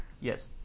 Yes